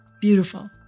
Beautiful